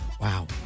Wow